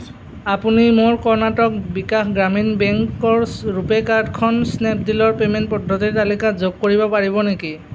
আপুনি মোৰ কৰ্ণাটক বিকাশ গ্ৰামীণ বেংকৰ ৰুপে' কাৰ্ডখন স্নেপডীলৰ পে'মেণ্ট পদ্ধতিৰ তালিকাত যোগ কৰিব পাৰিব নেকি